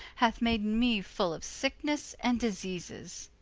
hath made me full of sicknesse and diseases